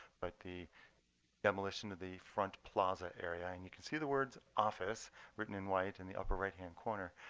but the demolition of the front plaza area, and you can see the words office written in white in and the upper right hand corner.